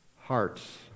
hearts